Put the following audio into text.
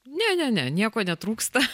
ne ne ne nieko netrūksta